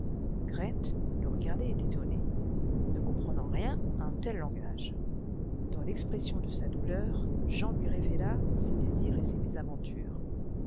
le regardait étonnée ne comprenant rien à un tel langage dans l'expression de sa douleur jean lui révéla ses désirs et ses mésaventures